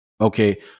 Okay